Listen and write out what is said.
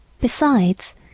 Besides